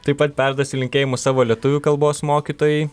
taip pat perduosiu linkėjimus savo lietuvių kalbos mokytojai